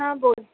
हा बोल